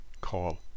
call